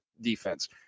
defense